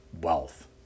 wealth